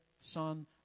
son